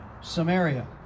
Samaria